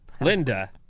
Linda